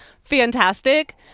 fantastic